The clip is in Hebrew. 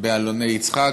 באלוני יצחק.